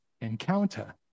encounter